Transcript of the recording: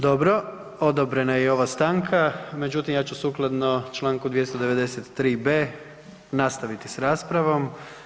Dobro, odobrena je i ova stanka, međutim ja ću sukladno čl. 293.b nastaviti s raspravom.